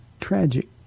tragic